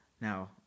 Now